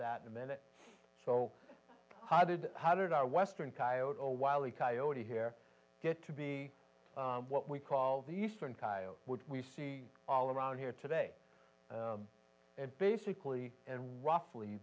that in a minute so how did how did our western coyote or wiley coyote here get to be what we call the eastern would we see all around here today and basically roughly